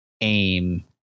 aim